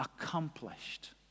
accomplished